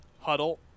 huddle